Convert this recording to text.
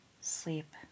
sleep